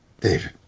David